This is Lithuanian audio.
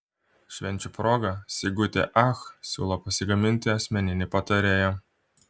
švenčių proga sigutė ach siūlo pasigaminti asmeninį patarėją